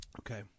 Okay